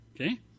okay